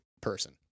person